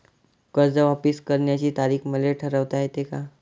कर्ज वापिस करण्याची तारीख मले ठरवता येते का?